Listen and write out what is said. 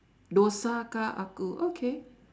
dosakah aku okay